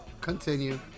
Continue